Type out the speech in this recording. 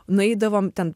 nueidavom ten